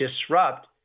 disrupt